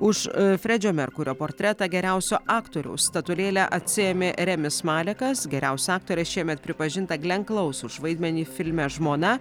už fredžio merkurio portretą geriausio aktoriaus statulėlę atsiėmė remis malekas geriausia aktore šiemet pripažinta glen klous už vaidmenį filme žmona